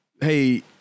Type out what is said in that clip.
Hey